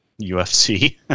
UFC